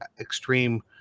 extreme